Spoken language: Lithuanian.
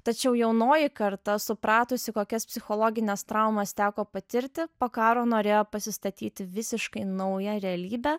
tačiau jaunoji karta supratusi kokias psichologines traumas teko patirti po karo norėjo pasistatyti visiškai naują realybę